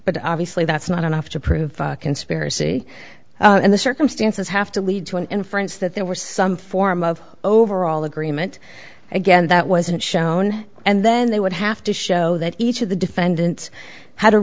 but obviously that's not enough to prove conspiracy and the circumstances have to lead to an inference that there were some form of overall agreement again that wasn't shown and then they would have to show that each of the defendants had a